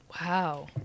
wow